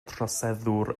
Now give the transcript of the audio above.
troseddwr